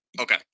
Okay